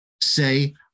say